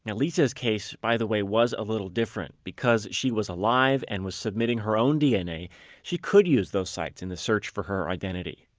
you know lisa's case, by the way, was a little different. because she was alive and was submitting her own dna she could use those sites in the search for her identify